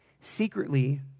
Secretly